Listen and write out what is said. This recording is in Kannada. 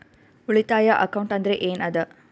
ಉಳಿತಾಯ ಅಕೌಂಟ್ ಅಂದ್ರೆ ಏನ್ ಅದ?